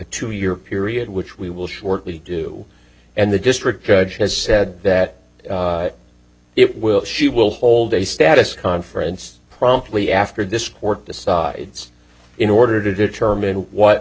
two year period which we will shortly do and the district judge has said that it will she will hold a status conference promptly after this court decides in order to determine